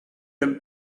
him